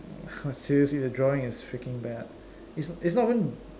!wah! seriously the drawing is freaking bad it's it's not even